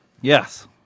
Yes